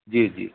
जी जी